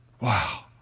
Wow